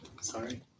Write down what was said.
Sorry